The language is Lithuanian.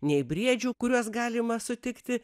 nei briedžių kuriuos galima sutikti